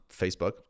Facebook